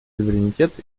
суверенитет